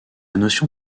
notion